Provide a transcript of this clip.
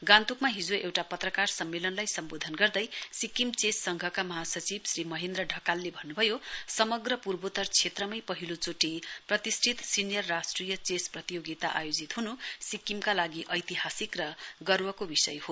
गान्तोकमा हिजो एउटा पत्रकार सम्मेलनलाई सम्बोधन गर्दै सिक्किम चेस संघका महासचिव श्री महेन्द्र ढकालले भन्नुभयो संमग्र पूर्वोत्तर क्षेत्रमै पहिलो चोटि प्रतिष्ठित सिनियर राष्ट्रिय चेस प्रतियोगीता आयोजित हुन सिक्किमका लागि ऐतिहासिक र गर्वको विषय हो